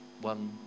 one